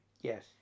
Yes